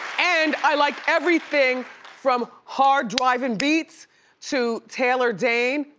and i like everything from hard driving beats to taylor dayne.